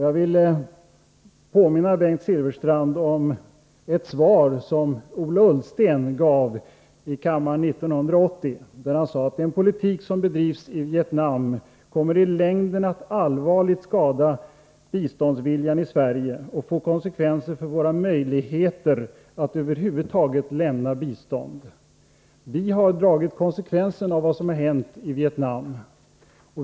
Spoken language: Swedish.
Jag vill påminna Bengt Silfverstrand om ett svar som Ola Ullsten gav i kammaren 1980, där han sade: Den politik som bedrivs i Vietnam kommer i längden att allvarligt skada biståndsviljan i Sverige och få konsekvenser för våra möjligheter att över huvud taget lämna bistånd. — Vi har tagit konsekvenserna av vad som har hänt i Vietnam.